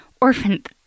orphaned